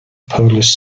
polish